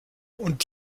und